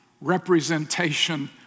representation